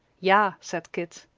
yah, said kit.